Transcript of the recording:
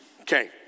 okay